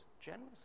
generously